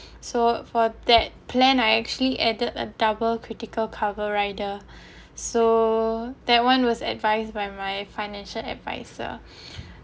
so for that plan I actually added a double critical cover rider so that one was advised by my financial adviser